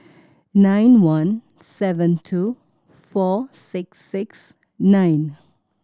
nine one seven two four six six nine